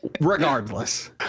Regardless